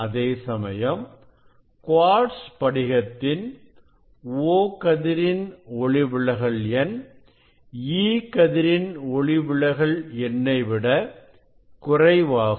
அதேசமயம் குவாட்ஸ் படிகத்தின் O கதிரின் ஒளிவிலகல் எண் E கதிரின் ஒளிவிலகல் எண்ணை விட குறைவாகும்